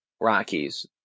Rockies